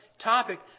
topic